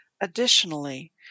Additionally